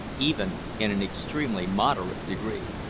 even in an extremely moderate degree.